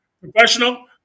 professional